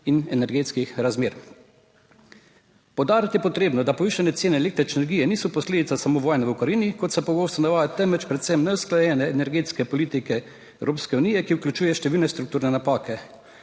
in energetskih razmer. Poudariti je potrebno, da povišanje cene električne energije niso posledica samo vojne v Ukrajini, kot se pogosto navajajo, temveč predvsem neusklajene energetske politike Evropske unije, ki vključuje številne strukturne napake.